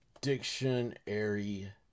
dictionary